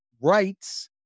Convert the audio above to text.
rights